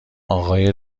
آقای